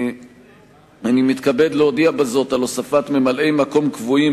אני מתכבד להודיע בזאת על הוספת ממלאי-מקום קבועים